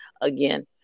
again